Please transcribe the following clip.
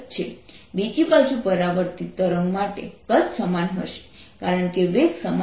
બીજી બાજુ પરાવર્તિત તરંગ માટે કદ સમાન હશે કારણ કે વેગ સમાન છે